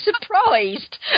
surprised